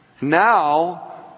now